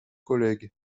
collègue